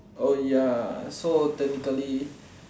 oh ya so technically